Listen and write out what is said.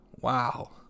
Wow